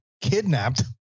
kidnapped